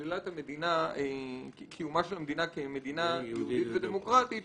שלילת קיומה של המדינה כמדינה יהודית ודמוקרטית,